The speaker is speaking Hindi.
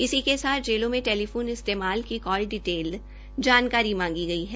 इसी के साथ जेलों में टेलीफोन इस्तेमाल की कॉल डिटेल जानकारी मांगी गई है